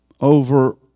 over